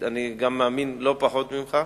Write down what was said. אני מאמין לא פחות ממך,